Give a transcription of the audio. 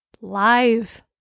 live